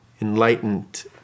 enlightened